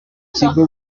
kigo